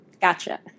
Gotcha